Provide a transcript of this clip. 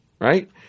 right